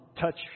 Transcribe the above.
touch